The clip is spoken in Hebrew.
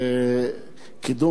בראשותם, כמובן,